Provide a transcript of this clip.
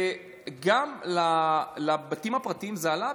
וגם לבתים הפרטיים זה עלה,